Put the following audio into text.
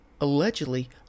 allegedly